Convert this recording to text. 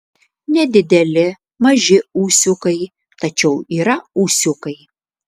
nedideli maži ūsiukai tačiau yra ūsiukai